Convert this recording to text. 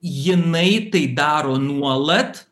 jinai tai daro nuolat